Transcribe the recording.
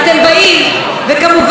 כרגיל מבקרים,